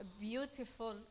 beautiful